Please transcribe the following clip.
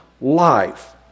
life